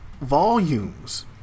volumes